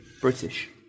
British